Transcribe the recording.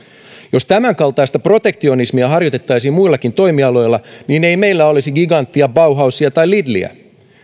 jos tämänkaltaista protektionismia harjoitettaisiin muillakin toimialoilla niin ei meillä olisi giganttia bauhausia tai lidliä